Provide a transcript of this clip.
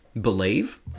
believe